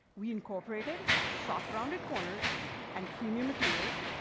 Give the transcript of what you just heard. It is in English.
we incorporated soft, rounded corners and premium materials,